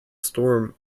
storm